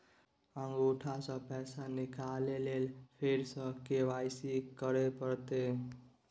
अंगूठा स पैसा निकाले लेल फेर स के.वाई.सी करै परतै?